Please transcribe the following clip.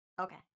Okay